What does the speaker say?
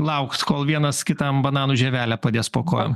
laukt kol vienas kitam banano žievelę padės po kojom